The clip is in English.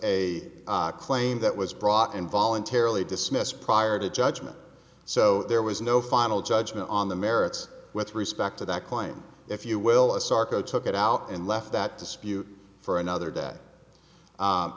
was a claim that was brought in voluntarily dismissed prior to judgment so there was no final judgment on the merits with respect to that claim if you will asarco took it out and left that dispute for another day